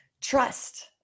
Trust